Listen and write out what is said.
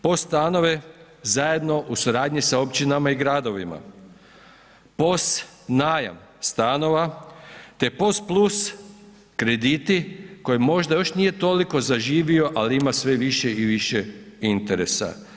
POS stanove zajedno u suradnji sa općinama i gradovima, POS najam stanova, te POS plus krediti koji možda još nije toliko zaživio ali ima sve više i više interesa.